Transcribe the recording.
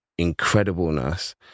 incredibleness